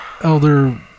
Elder